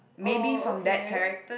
oh okay